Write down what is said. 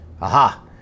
Aha